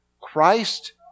Christ